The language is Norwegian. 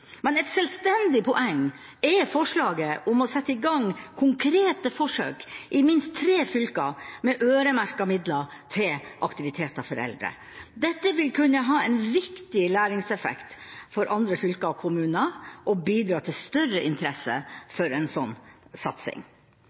Men et selvstendig poeng er forslaget om å sette i gang konkrete forsøk i minst tre fylker med øremerkede midler til aktiviteter for eldre. Dette vil kunne ha en viktig læringseffekt for andre fylker og kommuner og bidra til større interesse for slik satsing.